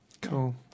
cool